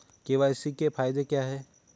KYC के फायदे क्या है?